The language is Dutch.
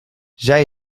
zij